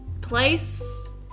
place